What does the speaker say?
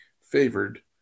favored